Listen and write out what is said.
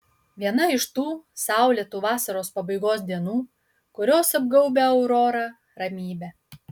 viena iš tų saulėtų vasaros pabaigos dienų kurios apgaubia aurorą ramybe